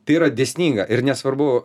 tai yra dėsninga ir nesvarbu